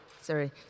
sorry